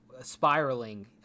spiraling